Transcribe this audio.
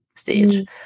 stage